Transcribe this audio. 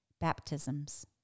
Baptisms